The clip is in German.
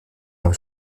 der